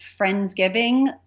friendsgiving